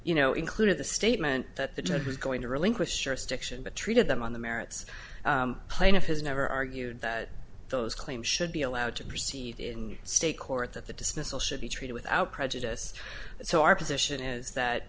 you know included the statement that the judge was going to relinquish your stiction but treated them on the merits plaintiff has never argued that those claims should be allowed to proceed in state court that the dismissal should be treated without prejudice so our position is that